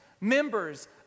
members